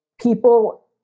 people